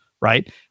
right